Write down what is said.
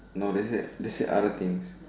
no this is this is other things